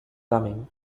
coming